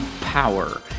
power